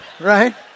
Right